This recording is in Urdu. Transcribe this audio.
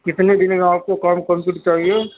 کتنے دِن میں آپ کو کام کمپلیٹ چاہیے